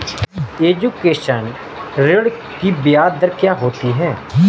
Education ऋृण की ब्याज दर क्या होती हैं?